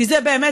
כי זה באמת,